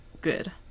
good